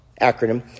acronym